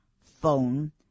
phone